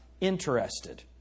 interested